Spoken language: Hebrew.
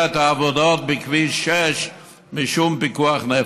את העבודות בכביש 6 משום פיקוח נפש.